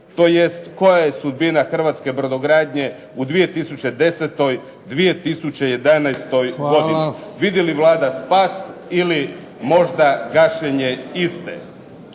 tj. koja je sudbina hrvatske brodogradnje u 2010., 2011. godini. Vidi li Vlada spas ili možda gašenje iste?